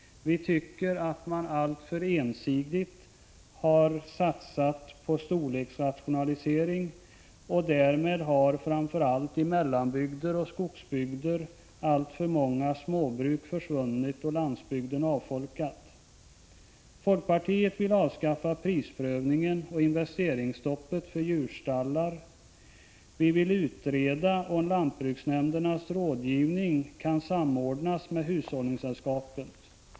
Vi tycker att man alltför ensidigt har satsat på storleksrationalisering. Därmed har framför allt i mellanbygder och skogsbygder alltför många småbruk försvunnit, varför landsbygden har avfolkats. Folkpartiet vill avskaffa prisprövningen och investeringsstoppet för djurstallar. Vi vill utreda om lantbruksnämndernas rådgivning kan samordnas med hushållningssällskapens.